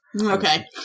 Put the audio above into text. Okay